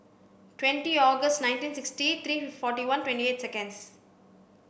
twenty August nineteen sixty three forty one twenty eight seconds